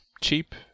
cheap